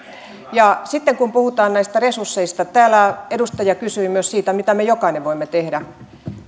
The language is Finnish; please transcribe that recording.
sitten kun puhutaan näistä resursseista täällä edustaja kysyi myös siitä mitä me jokainen voimme tehdä